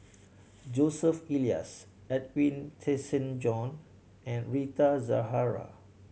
Joseph Elias Edwin Tessensohn and Rita Zahara